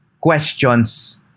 questions